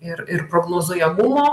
ir ir prognozuojamumo